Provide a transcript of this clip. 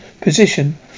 position